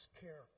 character